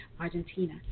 Argentina